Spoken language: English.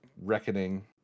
reckoning